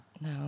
No